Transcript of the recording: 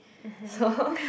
so